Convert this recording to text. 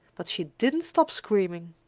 but she didn't stop screaming.